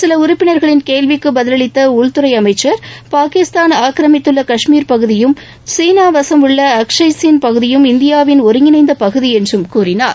சிலஉறுப்பினர்களின் கேள்விக்குபதிலளித்தஉள்துறைஅமைச்சர் பாகிஸ்தான் ஆக்கிரமித்துள்ள கஷ்மீர் பகுதியும் சீனாவசம் உள்ள அக்ஷய் சின் பகுதியும் இந்தியாவின் ஒருங்கிணைந்தபகுதிஎன்றும் கூறினார்